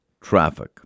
traffic